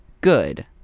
good